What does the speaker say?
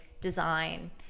design